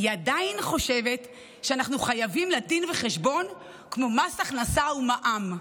היא עדיין חושבת שאנחנו חייבים לה דין וחשבון כמו מס הכנסה ומע"מ.